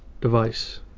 device